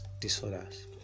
disorders